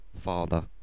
father